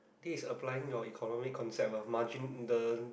this is applying your economic concept ah margin the